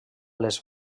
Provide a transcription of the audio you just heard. les